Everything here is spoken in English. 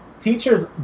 teachers